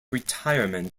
retirement